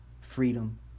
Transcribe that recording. freedom